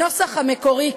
הנוסח המקורי,